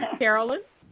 carolyn